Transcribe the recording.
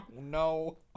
No